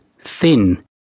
thin